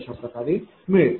अशाप्रकारे मिळेल